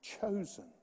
chosen